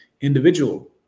individual